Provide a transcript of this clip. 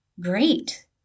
great